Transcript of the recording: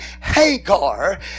Hagar